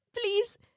please